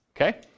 okay